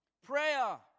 Prayer